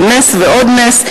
ונס ועוד נס,